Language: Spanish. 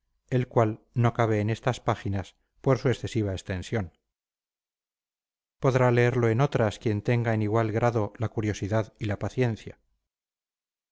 el cual no cabe en estas páginas por su excesiva extensión podrá leerlo en otras quien tenga en igual grado la curiosidad y la paciencia